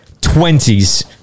Twenties